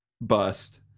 bust